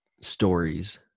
stories